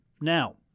Now